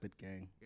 gang